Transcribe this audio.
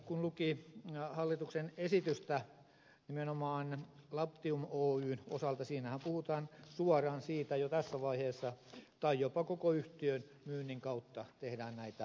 kun luki hallituksen esitystä nimenomaan labtium oyn osalta siinähän puhutaan suoraan siitä jo tässä vaiheessa tai jopa koko yhtiön myynnin kautta tehdään näitä järjestelyjä